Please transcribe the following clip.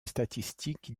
statistiques